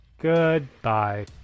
Goodbye